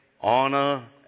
honor